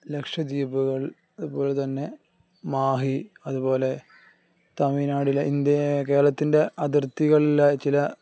ലക്ഷദീപുകൾ അതുപോലെ തന്നെ മാഹി അതുപോലെ തമിഴ്നാടിലെ ഇന്ത്യ കേരളത്തിൻ്റെ അതിർത്തികളിലെ ചില